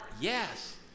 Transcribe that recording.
yes